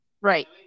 Right